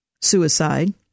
suicide